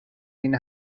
این